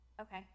Okay